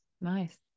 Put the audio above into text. Nice